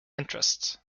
interest